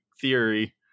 theory